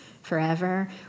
forever